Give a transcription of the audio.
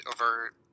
over